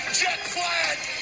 jet-flag